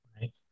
right